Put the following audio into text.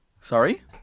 Sorry